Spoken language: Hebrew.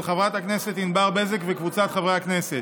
של חברת הכנסת ענבר בזק וקבוצת חברי הכנסת,